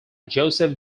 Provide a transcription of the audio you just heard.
joseph